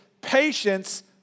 patience